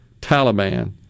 Taliban